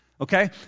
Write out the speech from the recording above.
Okay